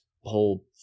whole